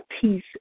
peace